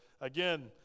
Again